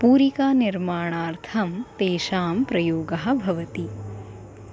पूरिकानिर्माणार्थं तेषां प्रयोगः भवति